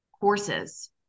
courses